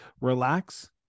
relax